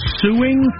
suing